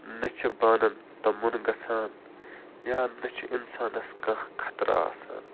نہٕ چھِ بانَن تَمُن گژھان یا نہٕ چھِ اِنسانَس کانٛہہ خطرٕ آسان